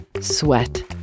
sweat